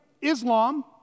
Islam